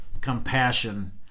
compassion